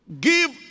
give